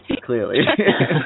Clearly